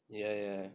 ya ya